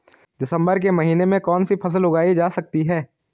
दिसम्बर के महीने में कौन सी फसल उगाई जा सकती है?